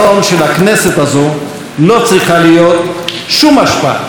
הכנסת הזו לא צריכה להיות שום השפעה.